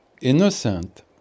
innocent